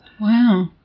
wow